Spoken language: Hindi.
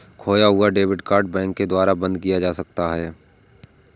खोया हुआ डेबिट कार्ड बैंक के द्वारा बंद किया जा सकता है